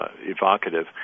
evocative